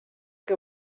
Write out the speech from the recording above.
que